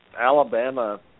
alabama